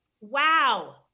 Wow